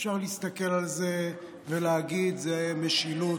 אפשר להסתכל על זה ולהגיד שזו משילות.